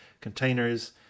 containers